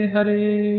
Hare